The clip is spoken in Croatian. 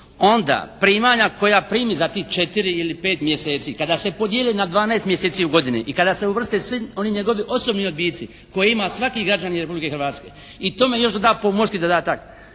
onda primanja koja primi za tih 4 ili 5 mjeseci kada se podijele na 12 mjeseci u godini i kada se uvrste sve, oni njegovi osobni odbici koje ima svaki građanin Republike Hrvatske i tome još doda pomorski dodatak